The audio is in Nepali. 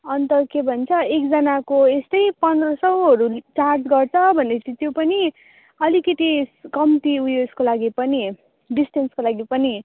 अन्त के भन्छ एकजनाको यस्तै पन्ध्र सौहरू लि चार्ज गर्छ भनेपछि त्यो पनि अलिकति कम्ती उइसको लागि पनि डिस्टेन्सको लागि पनि